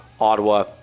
Ottawa